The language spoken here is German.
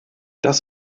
das